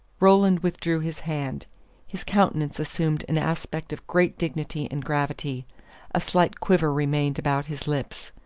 roland withdrew his hand his countenance assumed an aspect of great dignity and gravity a slight quiver remained about his lips.